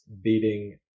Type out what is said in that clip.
beating